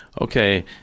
Okay